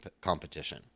competition